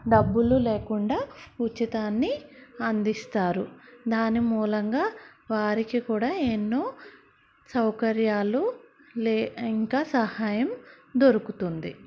డబ్బులు లేకుండా ఉచితంగా అందిస్తారు దాని మూలంగా వారికి కూడా ఎన్నో సౌకర్యాలు లే ఇంకా సహాయం దొరుకుతుంది